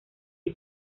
the